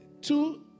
two